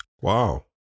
Wow